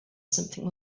something